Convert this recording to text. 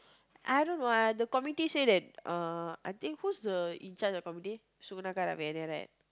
I don't know ah the community say that uh I think who's the in charge of the community right